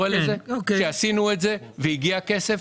עשינו את זה והגיע הכסף.